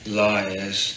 liars